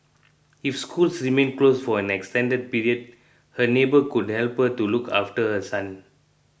if schools remain closed for an extended period her neighbour could help her to look after her son